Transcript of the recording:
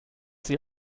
sie